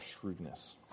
shrewdness